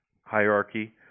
hierarchy